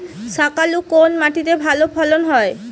শাকালু কোন মাটিতে ভালো ফলন হয়?